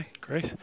great